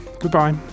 Goodbye